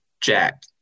Jack